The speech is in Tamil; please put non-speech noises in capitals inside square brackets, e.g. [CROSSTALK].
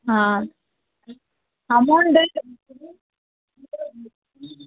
ஆ அமௌண்ட்டு [UNINTELLIGIBLE]